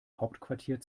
hauptquartier